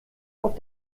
auf